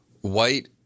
white